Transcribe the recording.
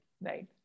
Right